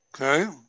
Okay